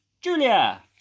Julia